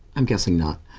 i'm guessing not.